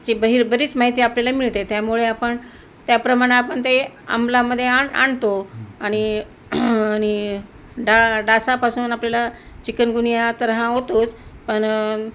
जी बाहेर बरीच माहिती आपल्याला मिळते त्यामुळे आपण त्याप्रमाणे आपण ते अमलामध्ये आण आणतो आणि आणि डा डासापासून आपल्याला चिकनगुनिया तर हा होतोच पण